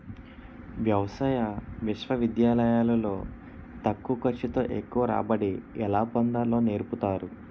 వ్యవసాయ విశ్వవిద్యాలయాలు లో తక్కువ ఖర్చు తో ఎక్కువ రాబడి ఎలా పొందాలో నేర్పుతారు